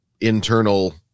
internal